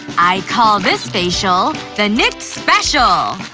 i call this facial, the nick special!